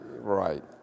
right